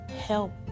help